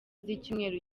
z’icyumweru